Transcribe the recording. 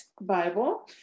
Bible